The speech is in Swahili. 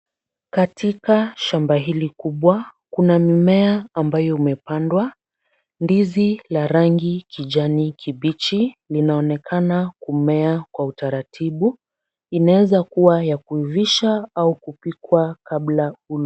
Katika shamba hili kubwa kuna mimea ambayo imepandwa. Ndizi la rangi kijani kibichi linaonekana kumea kwa utaratibu inaweza kuwa ya kuivishwa au kupikwa kabla ya kula.